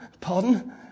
Pardon